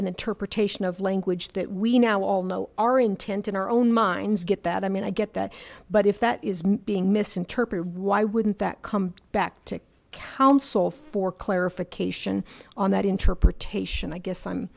an interpretation of language that we now all know our intent in our own minds get that i mean i get that but if that is being misinterpreted why wouldn't that come back to counsel for clarification on that interpretation i guess i'm